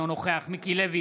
אינו נוכח מיקי לוי,